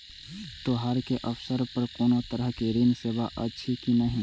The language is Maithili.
त्योहार के अवसर पर कोनो तरहक ऋण सेवा अछि कि नहिं?